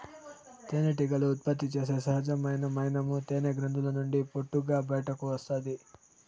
తేనెటీగలు ఉత్పత్తి చేసే సహజమైన మైనము తేనె గ్రంధుల నుండి పొట్టుగా బయటకు వస్తాది